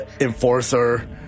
Enforcer